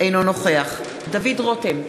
אינו נוכח דוד רותם,